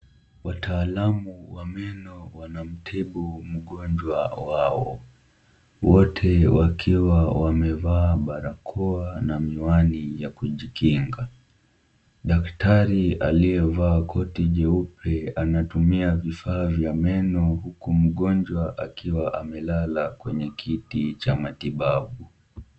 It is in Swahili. Wataalamu wa meno wanamtibu mgonjwa wao, wote wakiwa wamevaa barakoa na miwani ya kujikinga, daktari yaliyevaa koti jeupe anatumia vifaa vya meno huku mgonjwa akiwa amelala kwenye kiti cha matibabu.